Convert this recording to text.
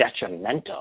detrimental